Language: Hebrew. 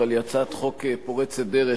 אבל היא הצעת חוק פורצת דרך,